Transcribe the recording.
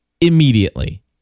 immediately